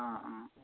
অঁ অঁ